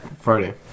Friday